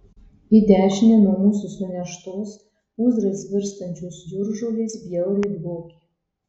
į dešinę nuo mūsų suneštos pūzrais virstančios jūržolės bjauriai dvokė